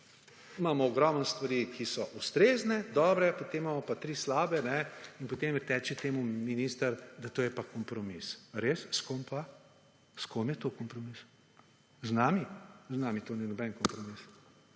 imamo ogromno stvari, ki so ustrezne, dobre, potem imamo pa 3 slabe in potem reče temu minister, da to je pa kompromis. A res? S kom pa? S kom je to kompromis? Z nami? Z nami to ni noben kompromis.